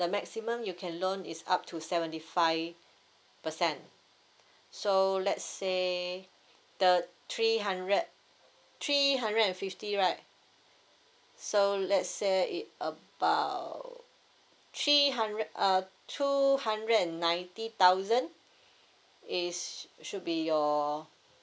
the maximum you can loan is up to seventy five percent so let's say the three hundred three hundred and fifty right so let's say it about three hundred uh two hundred and ninety thousand is should be your